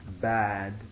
bad